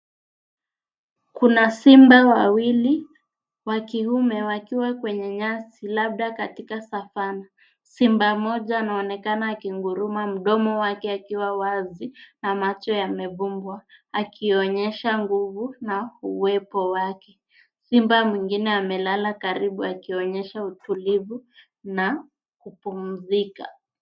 Kuna simba wawili, wakiume, wakiwa kwenye nyasi, labda katika savana. Simba mmoja anaonekana akinguruma, mdomo wake akiwa wazi na macho yamevumbwa, akionyesha nguvu na uwepo wake. Simba mwingine amelala karibu akionyesha utulivu na kupumzika.